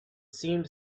seemed